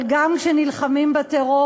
אבל גם כשנלחמים בטרור,